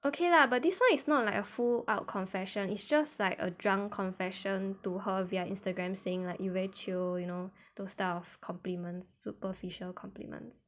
okay lah but this one is not like a full out confession it's just like a drunk confession to her via instagram saying like you very chio you know those type of compliment superficial compliments